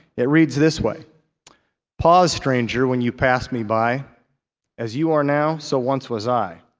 it reads this way pause stranger when you pass me by as you are now, so once was i.